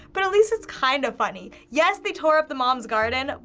but at least it's kind of funny. yes, they tore up the mom's garden,